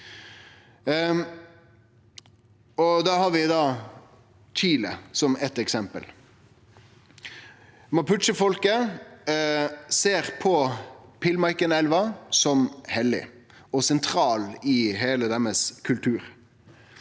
Vi har Chile som eitt eksempel. Mapuche-folket ser på Pilmaiquén-elva som heilag og sentral i heile deira kultur.